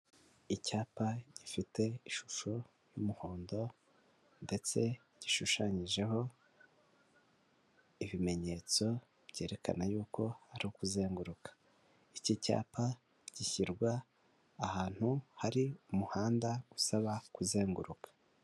Icyapa gifite ishusho y'umuhondo ndetse gishushanyijeho ibimenyetso byerekana yuko ari ukuzenguruka, iki cyapa gishyirwa ahantu hari umuhanda usaba kuzenguruka.